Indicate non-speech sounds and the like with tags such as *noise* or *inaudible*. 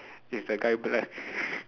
is that guy black *laughs*